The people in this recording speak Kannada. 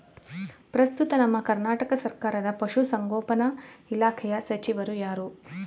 ಪ್ರಸ್ತುತ ನಮ್ಮ ಕರ್ನಾಟಕ ಸರ್ಕಾರದ ಪಶು ಸಂಗೋಪನಾ ಇಲಾಖೆಯ ಸಚಿವರು ಯಾರು?